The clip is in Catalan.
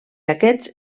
aquests